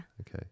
Okay